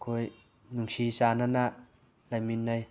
ꯑꯩꯈꯣꯏ ꯅꯨꯡꯁꯤ ꯆꯥꯟꯅꯅ ꯂꯩꯃꯤꯟꯅꯩ